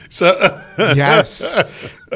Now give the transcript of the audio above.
Yes